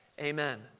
Amen